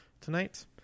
tonight